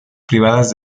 privadas